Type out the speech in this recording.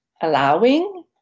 allowing